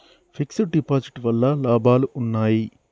Fix డ్ deposit వల్ల లాభాలు ఉన్నాయి?